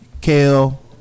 kale